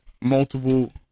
multiple